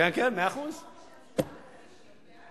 שלום שמחון הודיע שהוא בעד החוק, שיש חופש הצבעה.